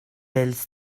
del